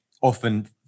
often